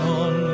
on